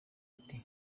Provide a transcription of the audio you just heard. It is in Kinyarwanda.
ati